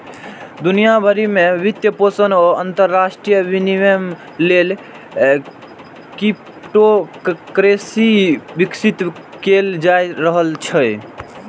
दुनिया भरि मे वित्तपोषण आ अंतरराष्ट्रीय विनिमय लेल क्रिप्टोकरेंसी विकसित कैल जा रहल छै